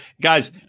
guys